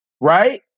Right